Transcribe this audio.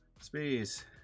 space